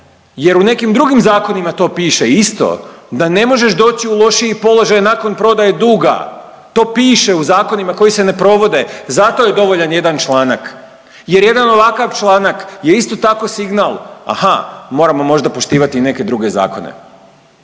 jer u nekim drugim zakonima to piše isto da ne možeš doći u lošiji položaj nakon prodaje duga. To piše u zakonima koji se ne provode zato je dovoljan jedan članak, jer jedan ovakav članak je isto tako signal, aha moramo možda poštivati i neke druge zakone.